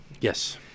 Yes